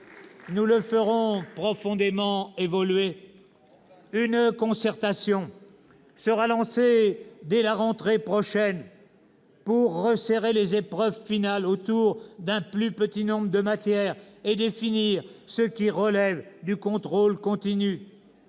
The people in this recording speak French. nous le ferons profondément évoluer. Une concertation sera lancée dès la rentrée prochaine pour resserrer les épreuves finales autour d'un plus petit nombre de matières et définir ce qui relève du contrôle continu.